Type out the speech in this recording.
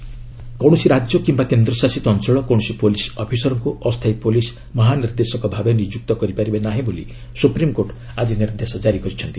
SC police reforms କୌଣସି ରାଜ୍ୟ କିିୟା କେନ୍ଦ୍ରଶାସିତ ଅଞ୍ଚଳ କୌଣସି ପୁଲିସ୍ ଅଫିସରଙ୍କୁ ଅସ୍ଥାୟୀ ପୁଲିସ୍ ମହାନିର୍ଦ୍ଦେଶକ ଭାବେ ନିଯୁକ୍ତ କରିପାରିବେ ନାହିଁ ବୋଲି ସୁପ୍ରିମ୍କୋର୍ଟ ଆଜି ନିର୍ଦ୍ଦେଶ ଜାରି କରିଛନ୍ତି